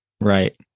Right